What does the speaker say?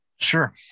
Sure